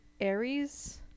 Aries